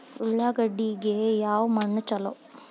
ಉಳ್ಳಾಗಡ್ಡಿಗೆ ಯಾವ ಮಣ್ಣು ಛಲೋ?